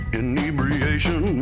inebriation